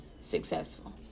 successful